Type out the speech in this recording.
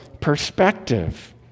perspective